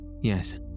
Yes